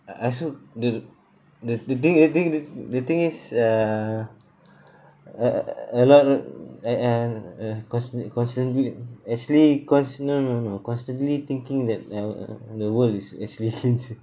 I also the the the thing the thing the the thing is uh uh a lot uh and uh constantly constantly actually cons~ no no no constantly thinking that uh the world is actually against